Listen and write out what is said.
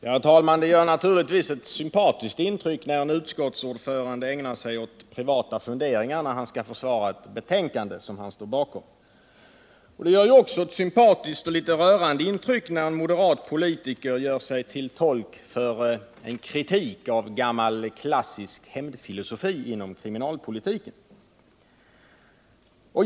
Herr talman! Det gör naturligtvis ett sympatiskt intryck när en utskottsordförande ägnar sig åt privata funderingar, då han skall försvara ett betänkande som han står bakom. Och det gör också ett sympatiskt och litet rörande intryck när en moderat politiker gör sig till tolk för en kritik av gammal klassisk hämndfilosofi inom kriminalpolitiken.